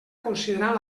considerant